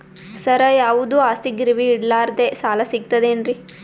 ಸರ, ಯಾವುದು ಆಸ್ತಿ ಗಿರವಿ ಇಡಲಾರದೆ ಸಾಲಾ ಸಿಗ್ತದೇನ್ರಿ?